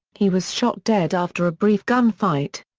he was shot dead after a brief gunfight.